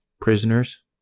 Prisoners